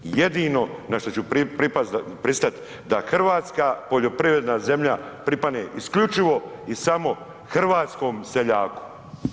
Jedino na što ću pripaziti, pristati da hrvatska poljoprivredna zemlja pripadne isključivo i samo hrvatskom seljaku.